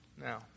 now